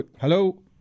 hello